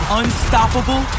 unstoppable